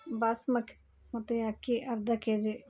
ಬಾಸ್ಮಕ್ ಮತಿ ಅಕ್ಕಿ ಅರ್ಧ ಕೆ ಜಿ